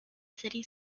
city